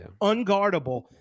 Unguardable